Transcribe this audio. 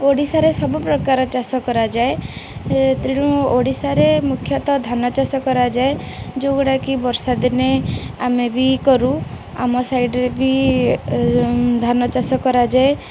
ଓଡ଼ିଶାରେ ସବୁ ପ୍ରକାର ଚାଷ କରାଯାଏ ତେଣୁ ଓଡ଼ିଶାରେ ମୁଖ୍ୟତଃ ଧାନ ଚାାଷ କରାଯାଏ ଯେଉଁଗୁଡ଼ାକି ବର୍ଷା ଦିନେ ଆମେ ବି କରୁ ଆମ ସାଇଡ଼ରେ ବି ଧାନ ଚାଷ କରାଯାଏ